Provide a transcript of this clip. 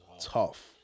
tough